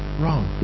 wrong